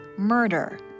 murder